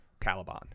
Caliban